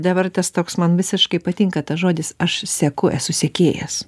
dabar tas toks man visiškai patinka tas žodis aš seku esu sekėjas